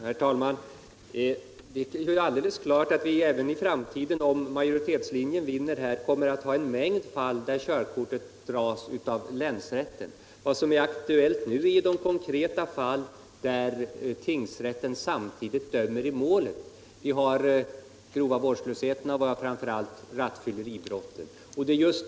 Herr talman! Det är alldeles klart att vi även i framtiden, om majoritetslinjen vinner här, kommer att få en hel mängd fall där körkorten dras in av länsrätten. Vad som är aktuellt är de konkreta fall där tingsrätten samtidigt dömer i målet — det gäller t.ex. grov vårdslöshet och framför allt rattfylleribrott.